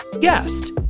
guest